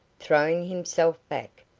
throwing himself back,